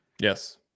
Yes